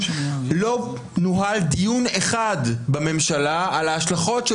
לא נוהל דיון אחד בממשלה על ההשלכות של